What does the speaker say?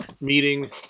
meeting